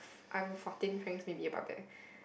I don't fourteen francs maybe about that